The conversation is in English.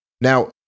Now